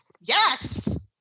Yes